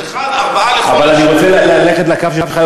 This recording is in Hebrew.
אני רוצה ללכת יותר עם הקו שלך.